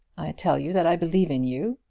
i tell you that i believe in you.